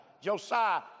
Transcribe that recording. Josiah